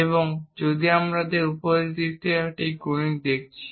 এবং যদি আমরা উপরের দিক থেকে একটি কনিক দেখছি